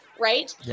Right